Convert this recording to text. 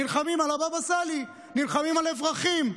נלחמים על הבבא סאלי, נלחמים על אברכים,